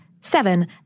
seven